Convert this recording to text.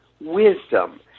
wisdom